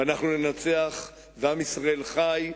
ואנחנו ננצח, ועם ישראל חי.